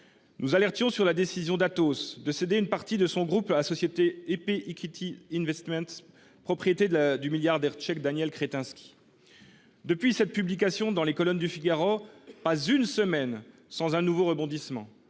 Nous alertions sur la décision du groupe Atos de céder une partie de ses activités à la société EP Equity Investment, propriété du milliardaire tchèque Daniel Kretinsky. Depuis cette publication dans les colonnes du, pas une semaine ne se passe sans un nouveau rebondissement